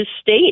state